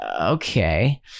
Okay